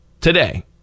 today